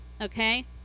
okay